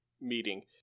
Meeting